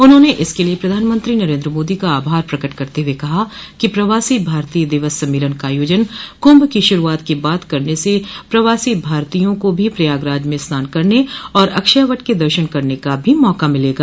उन्होंने इसके लिये प्रधानमंत्री नरेन्द्र मोदी का आभार प्रकट करते हुए कहा कि प्रवासी भारतीय दिवस सम्मेलन का आयोजन कुंभ की शुरूआत के बाद करन से प्रवासी भारतीयों को भी प्रयागराज में स्नान करने और अक्षयवट के दर्शन करने का भी मौका मिलेगा